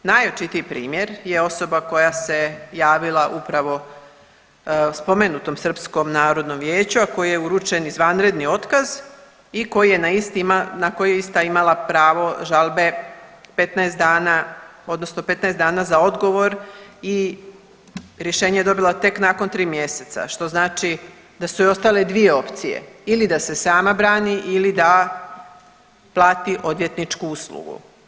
Najočitiji primjer je osoba koja se javila upravo spomenutom Srpskom narodnom vijeću, a kojoj je uručen izvanredni otkaz i na koji je ista imala pravo žalbe 15 dana odnosno 15 dana za odgovor i rješenje je dobila tek nakon 3 mjeseca, što znači da su joj ostale dvije opcije ili da se sama brani ili da plati odvjetničku uslugu.